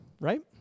right